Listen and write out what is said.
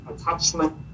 attachment